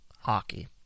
hockey